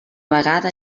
vegada